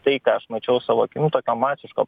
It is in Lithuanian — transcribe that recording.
tai ką aš mačiau savo akim tokio masiško